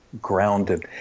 grounded